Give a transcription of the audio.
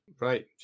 Right